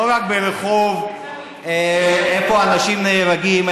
לא רק ברחוב שבו אנשים נהרגים,